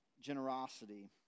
generosity